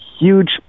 huge